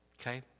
okay